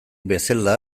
bezala